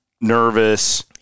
nervous